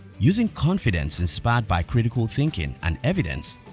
using confidence inspired by critical thinking and evidence,